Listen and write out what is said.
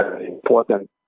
important